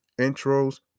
intros